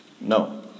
no